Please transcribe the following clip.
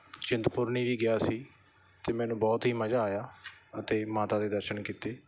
ਚਿੰਤਪੁਰਨੀ ਵੀ ਗਿਆ ਸੀ ਅਤੇ ਮੈਨੂੰ ਬਹੁਤ ਹੀ ਮਜ਼ਾ ਆਇਆ ਅਤੇ ਮਾਤਾ ਦੇ ਦਰਸ਼ਨ ਕੀਤੇ